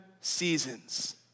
seasons